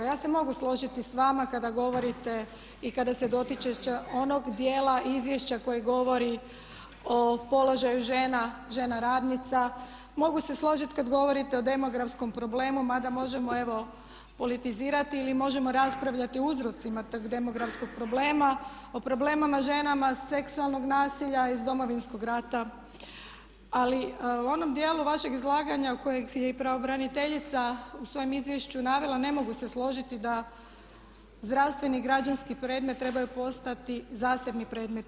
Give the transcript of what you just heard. Ja se mogu složiti s vama kada govorite i kada se dotičete onog djela izvješća koji govori o položaju žena, žena radnica, mogu se složiti kada govorite o demografskom problemu mada možemo evo politizirati ili možemo raspravljati o uzrocima tog demografskog problema, o problemima žena, seksualnog nasilja iz Domovinskog rata, ali u onom djelu vašeg izlaganja kojeg je i pravobraniteljica u svojem izvješću navela, ne mogu se složiti da zdravstveni i građanski predmet trebaju postati zasebni predmeti.